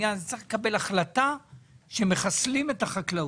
ההחלטה היא שמחסלים את החקלאות.